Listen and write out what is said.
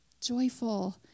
joyful